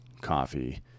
coffee